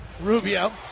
Rubio